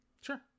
Sure